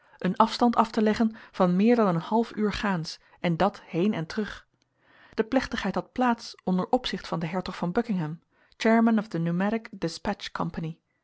een afstand af te leggen van meer dan een half uur gaans en dat heen en terug de plechtigheid had plaats onder opzicht van den hertog van buckingham chairman of the pneumatic despatch company